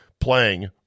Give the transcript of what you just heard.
playing